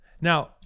Now